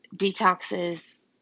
detoxes